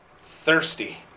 thirsty